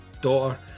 daughter